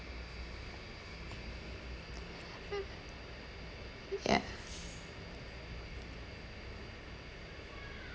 yes